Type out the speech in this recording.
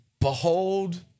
behold